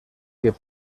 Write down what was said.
que